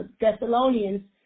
Thessalonians